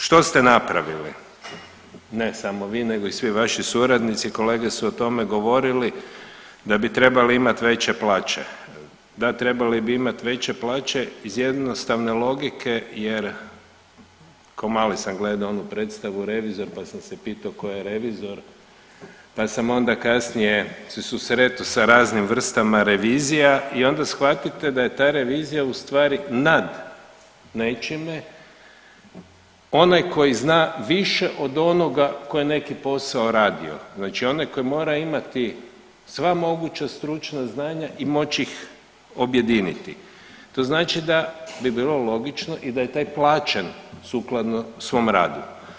Kad pogledate što ste napravili, ne samo vi nego i svi vaši suradnici, kolege su o tome govorili da bi trebali imat veće plaće, da trebali bi imat veće plaće iz jednostavne logike jer ko mali sam gledao onu predstavu Revizor, pa sam se pito ko je revizor, pa sam onda kasnije se susretao sa raznim vrstama revizija i onda shvatite da je ta revizija u stvari nad nečime, onaj koji zna više od onoga koji je neki posao radio, znači onaj koji mora imati sva moguća stručna znanja i moći ih objediniti, to znači da bi bilo logično i da je taj plaćen sukladno svom radu.